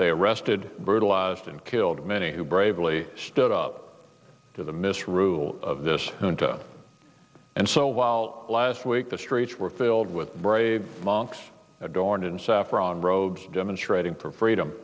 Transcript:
they arrested brutalized and killed many who bravely stood up to the misrule of this and so while last week the streets were filled with brave monks adorned in saffron robes demonstrating for freedom